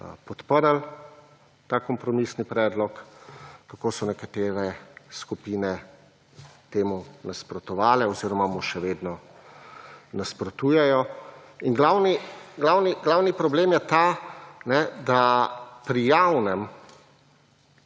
podprli ta kompromisni predlog, kako so nekatere skupine temu nasprotovale oziroma mu še vedno nasprotujejo in glavni problem je ta, da pri javnem